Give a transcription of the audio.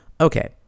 Okay